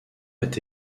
est